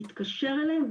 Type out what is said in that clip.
נתקשר אליהם,